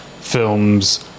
films